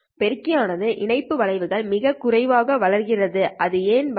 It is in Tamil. பெருக்கி ஆனது இணைப்பு வளைவுகள் மிகக் குறைவாக வளர்கிறது அது ஏன் வளரும்